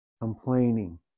complaining